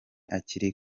akiri